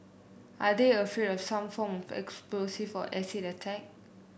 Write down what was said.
are they afraid of some form of explosive or acid attack